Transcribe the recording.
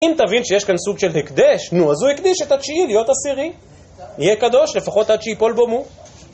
אם תבין שיש כאן סוג של הקדש, נו, אז הוא הקדיש את התשיעי להיות עשירי, יהיה קדוש לפחות עד שיפול בו מום.